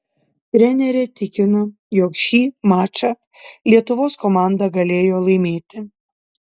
trenerė tikino jog šį mačą lietuvos komanda galėjo laimėti